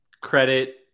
credit